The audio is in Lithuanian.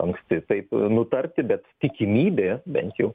anksti taip nutarti bet tikimybė bent jau